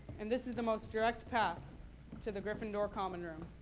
and this is the most direct path to the gryffindor common room.